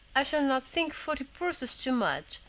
i shall not think forty purses too much,